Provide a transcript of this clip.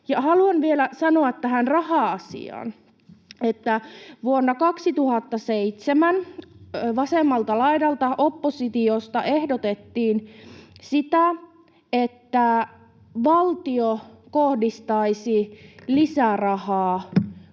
Haluan vielä sanoa tähän raha-asiaan, että vuonna 2007 vasemmalta laidalta oppositiosta ehdotettiin sitä, että valtio kohdistaisi lisää rahaa